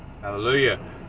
hallelujah